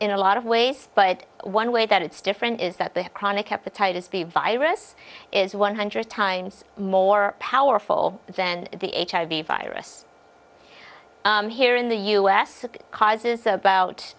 in a lot of ways but one way that it's different is that the chronic hepatitis b virus is one hundred times more powerful than the hiv virus here in the u s causes about